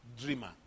dreamer